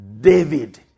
David